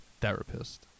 therapist